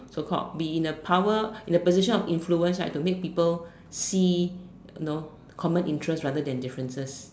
so called be in a power in a position of influence right to make people see you know common interests rather than differences